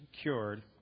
cured